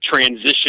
transition